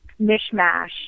mishmash